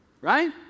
Right